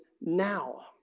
now